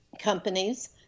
companies